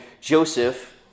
Joseph